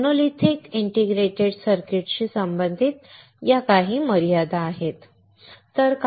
तर monolithic integrated सर्किट्सशी संबंधित काही मर्यादा आहेत